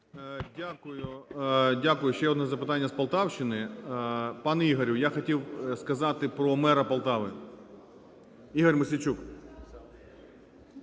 Дякую. Ще одне запитання з Полтавщини. Пане Ігорю, я хотів сказати про мера Полтави. Ігор Мосійчук…